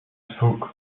zvooq